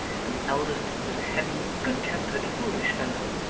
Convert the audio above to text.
and the eldest was a heavy good-tempered foolish fellow,